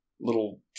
little